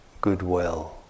goodwill